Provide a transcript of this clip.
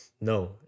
No